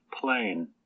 plain